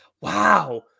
Wow